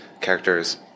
character's